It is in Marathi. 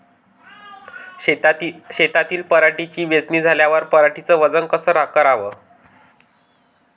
शेतातील पराटीची वेचनी झाल्यावर पराटीचं वजन कस कराव?